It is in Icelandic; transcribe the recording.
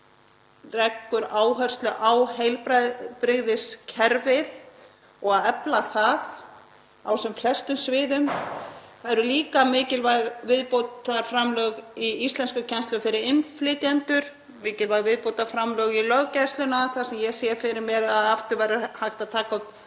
leggur áherslu á heilbrigðiskerfið og að efla það á sem flestum sviðum. Það eru líka mikilvæg viðbótarframlög í íslenskukennslu fyrir innflytjendur, mikilvæg viðbótarframlög í löggæsluna þar sem ég sé fyrir mér að aftur verði hægt að taka